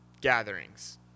gatherings